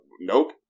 Nope